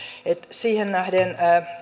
siihen nähden